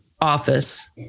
office